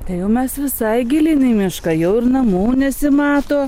tai jau mes visai gilyn į mišką jau ir namų nesimato